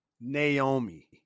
Naomi